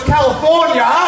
California